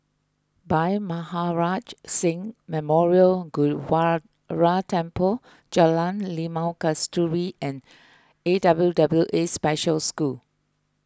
Bhai Maharaj Singh Memorial Gurdwara Temple Jalan Limau Kasturi and A W W A Special School